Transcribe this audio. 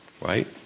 Right